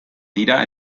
dira